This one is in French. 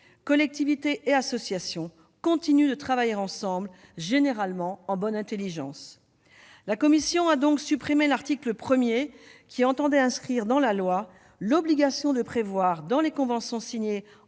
collectivités et associations continuent de travailler ensemble, généralement en bonne intelligence. La commission a supprimé l'article 1, qui inscrivait dans la loi l'obligation de prévoir, dans les conventions signées